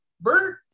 Bert